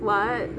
[what]